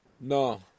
No